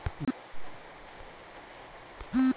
Daily खरीद बिक्री के भाव के जानकारी केना जानी?